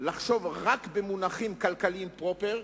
לחשוב רק במונחים כלכליים פרופר.